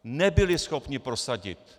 Nebyli schopni prosadit!